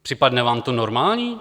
Připadne vám to normální?